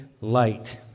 light